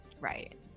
Right